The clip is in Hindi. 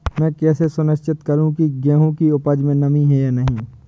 मैं कैसे सुनिश्चित करूँ की गेहूँ की उपज में नमी है या नहीं?